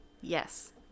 Yes